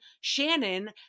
Shannon